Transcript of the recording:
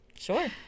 Sure